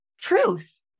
truth